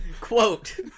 Quote